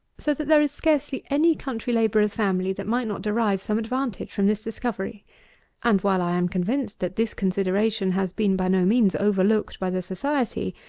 so that there is scarcely any country labourer's family that might not derive some advantage from this discovery and, while i am convinced that this consideration has been by no means over-looked by the society,